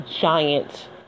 giant